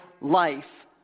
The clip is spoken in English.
life